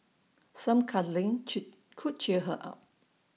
some cuddling could cheer her up